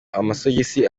amasogisi